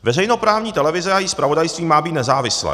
Veřejnoprávní televize a její zpravodajství má být nezávislé.